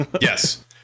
Yes